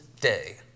day